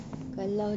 mm